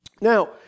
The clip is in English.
Now